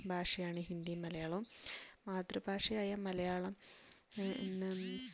ഭാഷയാണ് ഹിന്ദിയും മലയാളവും മാതൃഭാഷയായ മലയാളം എന്താ